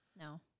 No